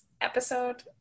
episode